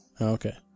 Okay